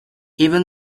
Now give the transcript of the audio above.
even